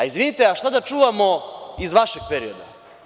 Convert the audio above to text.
Izvinite, a šta da čuvamo iz vašeg perioda.